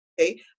okay